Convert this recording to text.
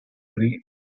free